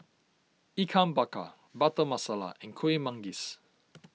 Ikan Bakar Butter Masala and Kuih Manggis